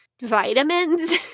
vitamins